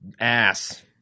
ass